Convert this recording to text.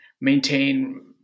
maintain